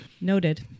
Noted